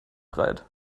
breit